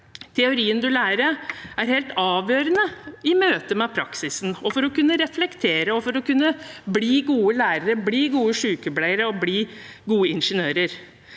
Teorien en lærer, er helt avgjørende i møte med praksisen, for å kunne reflektere og for å kunne bli gode lærere, gode sykepleiere og gode ingeniører.